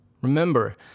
Remember